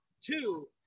two